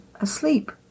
asleep